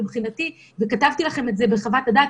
מבחינתי וכתבתי לכם את זה בחוות הדעת,